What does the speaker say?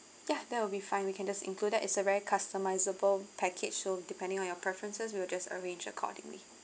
yeah that will be fine we can just include that it's a very customizable package so depending on your preferences we'll just arrange accordingly